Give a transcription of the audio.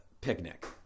picnic